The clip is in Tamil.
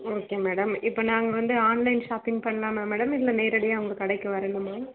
ஓகே மேடம் இப்போ நாங்கள் வந்து ஆன்லைன் ஷாப்பிங் பண்ணலாமா மேடம் இல்லை நேரடியாக உங்க கடைக்கு வரணுமா